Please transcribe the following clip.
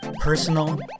personal